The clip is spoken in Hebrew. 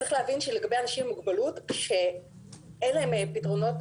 צריך להבין שלגבי אנשים עם מוגבלות אין להם פתרונות.